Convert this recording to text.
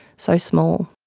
so small.